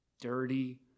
dirty